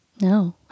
No